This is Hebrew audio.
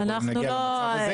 אוי ואבוי אם נגיע למצב הזה.